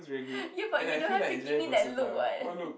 you but you don't have to give me that look [what]